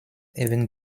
even